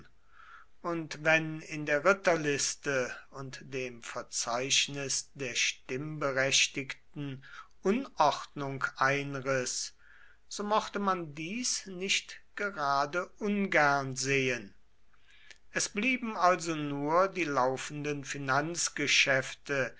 und wenn in der ritterliste und dem verzeichnis der stimmberechtigten unordnung einriß so mochte man dies nicht gerade ungern sehen es blieben also nur die laufenden finanzgeschäfte